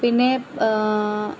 പിന്നെ